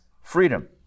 freedom